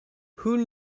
who